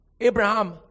Abraham